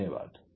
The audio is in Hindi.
धन्यवाद